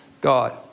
God